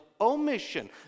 omission